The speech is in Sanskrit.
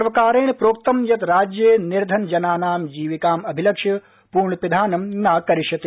सर्वकारेण प्रोक्तं यत् राज्ये निर्धन जनानां जीविकाम् अभिलक्ष्य पूर्णपिधानं न करिष्यते